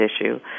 issue